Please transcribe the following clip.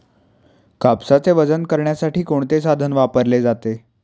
कापसाचे वजन करण्यासाठी कोणते साधन वापरले जाते?